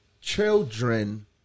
Children